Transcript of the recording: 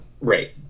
Right